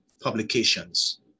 publications